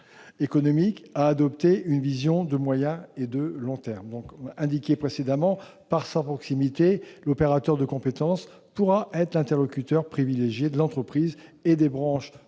immédiat et à adopter une vision de moyen et long termes. Du fait de sa proximité, l'opérateur de compétences pourra être l'interlocuteur privilégié de l'entreprise et des branches